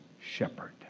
shepherd